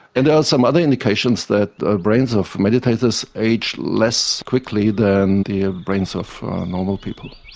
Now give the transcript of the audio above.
and there are some other indications that the brains of meditators age less quickly than the ah brains of normal people.